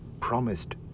promised